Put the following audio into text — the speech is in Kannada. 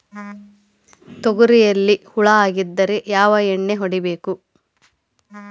ತೊಗರಿಯಲ್ಲಿ ಹುಳ ಆಗಿದ್ದರೆ ಯಾವ ಎಣ್ಣೆ ಹೊಡಿಬೇಕು?